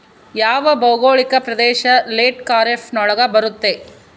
ಯಾವ ಭೌಗೋಳಿಕ ಪ್ರದೇಶ ಲೇಟ್ ಖಾರೇಫ್ ನೊಳಗ ಬರುತ್ತೆ?